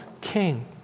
king